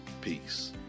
peace